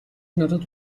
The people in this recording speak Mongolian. надад